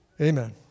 amen